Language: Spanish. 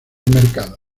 mercado